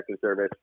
Service